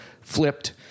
flipped